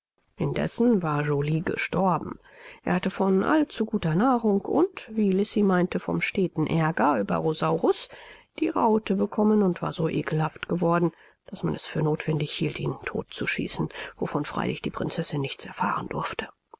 indessen war joly gestorben er hatte von allzuguter nahrung und wie lisi meinte vom steten aerger über rosaurus die raute bekommen und war so ekelhaft geworden daß man es für nothwendig hielt ihn todt zu schießen wovon freilich die prinzessin nichts erfahren durfte